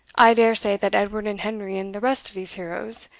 i dare say that edward and henry, and the rest of these heroes,